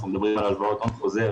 אנחנו מדברים על הלוואות הון חוזר